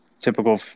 typical